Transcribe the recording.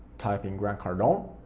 type in grant cardone